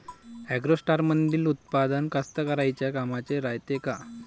ॲग्रोस्टारमंदील उत्पादन कास्तकाराइच्या कामाचे रायते का?